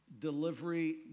delivery